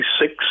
six